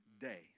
day